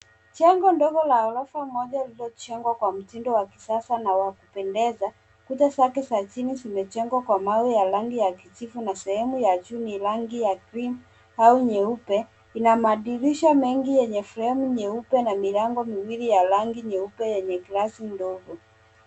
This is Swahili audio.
Jengo ndogo la ghorofa moja lililojengwa kwa mtindo wa kisasa na wa kupendeza. Kuta zake za chini zimejengwa kwa mawe ya rangi ya kijivu na sehemu ya juu ni rangi ya cream au nyeupe. Ina madirisha mengi yenye fremu nyeupe na milango miwili ya rangi nyeupe yenye glasi ndogo.